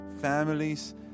families